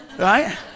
right